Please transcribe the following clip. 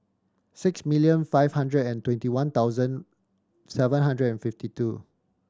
six million five hundred and twenty one thousand seven hundred and fifty two